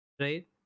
right